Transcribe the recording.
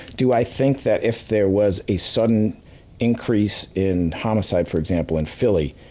do, i think that if there was a sudden increase in homicide for example, in philly,